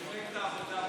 ממפלגת העבודה.